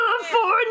California